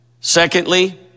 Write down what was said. Secondly